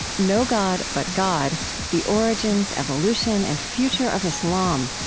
no god but god the origins, evolution, and future of islam,